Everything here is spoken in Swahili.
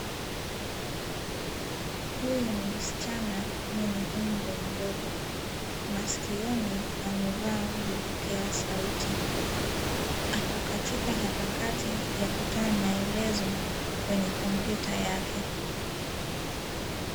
Huyu ni msichana mwenye umri mdogo. Masikioni amevaa vipokea sauti. Ako katika harakati ya kutoa maelezo kwenye kompyuta yake.